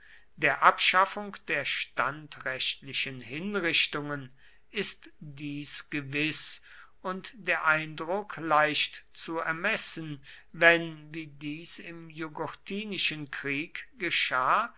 der abschaffung der standrechtlichen hinrichtungen ist dies gewiß und der eindruck leicht zu ermessen wenn wie dies im jugurthinischen krieg geschah